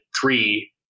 three